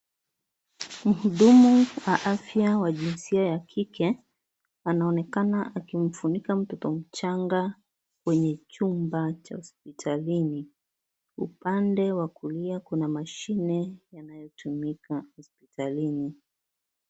Muhudumu wa afya wa jinsia ya kike anaonekana akimfunika mtoto mchanga kwenye chumba cha hospitalini upande wa kulia kuna mashine yanayotumika hospitalini.